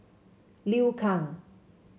Liu Kang